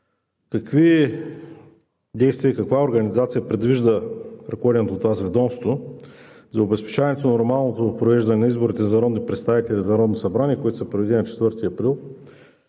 какви действия и каква организация предвижда ръководеното от Вас ведомство за обезпечаването на нормалното провеждане на изборите за народни представители и Народно събрание, които ще се проведат на 4 април